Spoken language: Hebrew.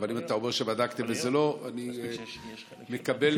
אבל אם אתה אומר שבדקתם וזה לא, אני מקבל.